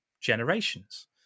generations